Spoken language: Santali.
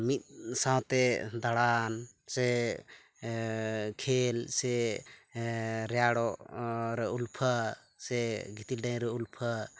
ᱢᱤᱫᱥᱟᱶᱛᱮ ᱫᱟᱬᱟᱱ ᱥᱮ ᱠᱷᱮᱞ ᱥᱮ ᱨᱮᱭᱟᱲᱚᱜ ᱩᱞᱯᱷᱟ ᱥᱮ ᱜᱤᱛᱤᱞ ᱰᱮᱱ ᱨᱮ ᱩᱞᱯᱷᱟ